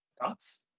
Thoughts